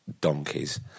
donkeys